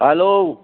hello